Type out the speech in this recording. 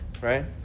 Right